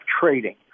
trading